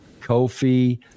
Kofi